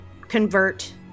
convert